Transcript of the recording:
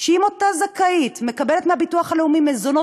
שאם אותה זכאית מקבלת מהביטוח הלאומי מזונות,